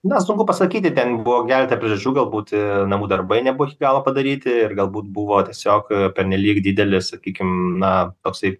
na sunku pasakyti ten buvo keletą priežasčių gal būt namų darbai nebuvo iki galo padaryti ir galbūt buvo tiesiog pernelyg didelis sakykim na toksai